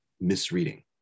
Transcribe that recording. misreading